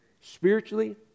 spiritually